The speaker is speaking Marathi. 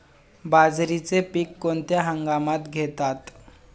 बाजरीचे पीक कोणत्या हंगामात घेतात?